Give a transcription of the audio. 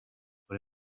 for